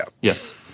Yes